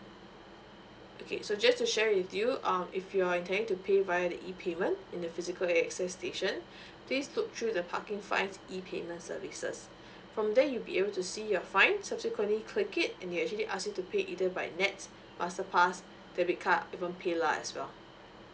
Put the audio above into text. okay so just to share with you um if you're intending to pay via the E payment in the physical A_X_S station please look through the parking fine E payment services from there you'll be able to see your fine subsequently you click it and they'll actually ask you to pay either by nets masterpass debit card even paylah as well